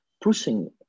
pushing